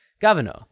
governor